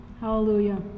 Hallelujah